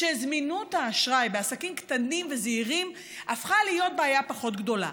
שזמינות האשראי בעסקים קטנים וזעירים הפכה להיות בעיה פחות גדולה.